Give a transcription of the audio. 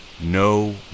No